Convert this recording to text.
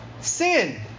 Sin